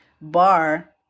bar